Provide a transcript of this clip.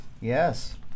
Yes